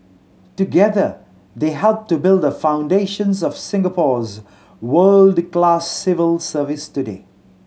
together they helped to build the foundations of Singapore's world class civil service today